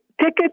ticket